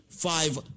five